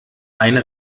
eine